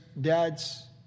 dads